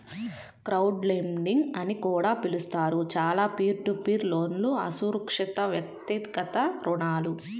crowdlending అని కూడా పిలుస్తారు, చాలా పీర్ టు పీర్ లోన్లుఅసురక్షితవ్యక్తిగత రుణాలు